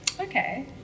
Okay